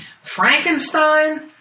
Frankenstein